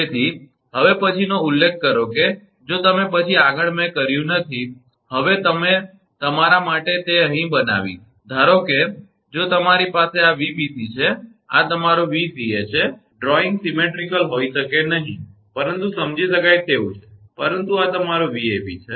તેથી હવે પછીનો ઉલ્લેખ કરો કે જો તમે પછી આગળ મેં કર્યું નથી હું હવે તમારા માટે તે અહીં બનાવીશ ધારો કે જો તમારી પાસે આ 𝑉𝑏𝑐 છે આ તમારો 𝑉𝑐𝑎 છે ચિત્ર એ સપ્રમાણ હોઈ શકે નહીં પરંતુ સમજી શકાય તેવું છે પરંતુ આ તમારો 𝑉𝑎𝑏 છે બરાબર